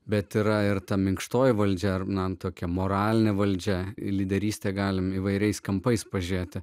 bet yra ir ta minkštoji valdžia ar na tokia moraline valdžia lyderystę galime įvairiais kampais pažiūrėti